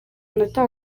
munota